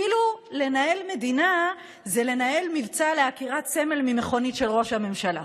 כאילו לנהל מדינה זה לנהל מבצע לעקירת סמל ממכונית של ראש הממשלה.